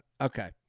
Okay